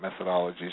methodologies